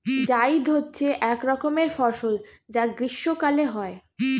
জায়িদ হচ্ছে এক রকমের ফসল যা গ্রীষ্মকালে হয়